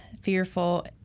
fearful